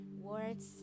words